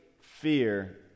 fear